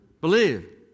believe